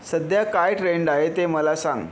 सध्या काय ट्रेंड आहे ते मला सांग